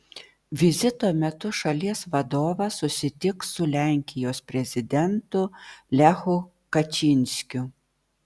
vizito metu šalies vadovas susitiks su lenkijos prezidentu lechu kačynskiu